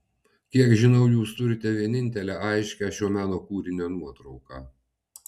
kiek žinau jūs turite vienintelę aiškią šio meno kūrinio nuotrauką